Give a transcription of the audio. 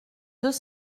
deux